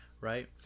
right